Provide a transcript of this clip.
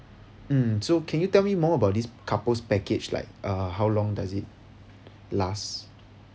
mm so can you tell me more about this couple's package like uh how long does it last